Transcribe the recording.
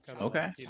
okay